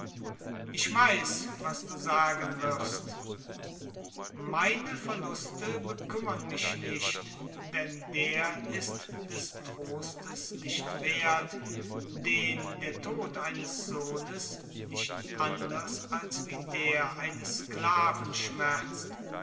ich weiß was du sagen wirst meine verluste bekümmert mich nicht denn der ist des trostes nicht werth den der tod eines sohnes nicht anders wie der eines sklaven schmerzt